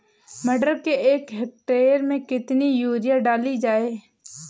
मटर के एक हेक्टेयर में कितनी यूरिया डाली जाए?